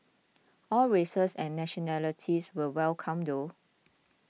all races and nationalities were welcome though